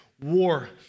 war